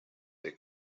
they